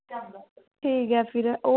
ठीक ऐ फ्ही ओह्